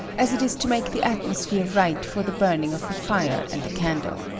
as it is to make the atmosphere right for the burning of the fire and the candle.